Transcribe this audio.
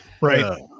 Right